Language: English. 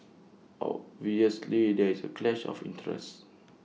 obviously there is A clash of interest